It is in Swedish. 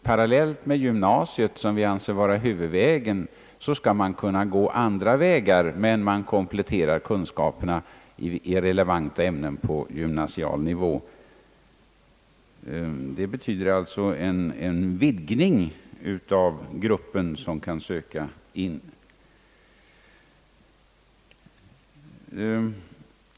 Parallellt med gymnasiet, som vi betraktar som huvudvägen, skall man kunna gå andra vägen när man kompletterar kunskaperna i relevanta ämnen på gymnasial nivå. Det betyder alltså en vidgning av gruppen som kan söka in.